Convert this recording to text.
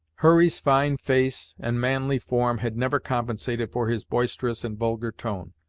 hurry's fine face and manly form had never compensated for his boisterous and vulgar tone,